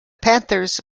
panthers